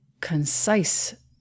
concise